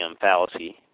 fallacy